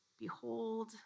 Behold